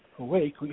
awake